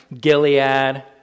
Gilead